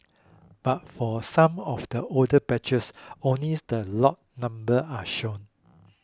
but for some of the older batches only the lot numbers are shown